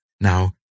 Now